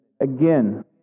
Again